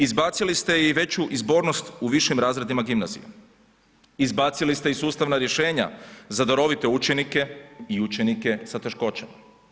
Izbacili ste i veću izbornost u višim razredima gimnazije, izbacili ste i sustavna rješenja za darovite učenike i učenike sa teškoćama.